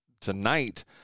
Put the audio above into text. tonight